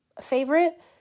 favorite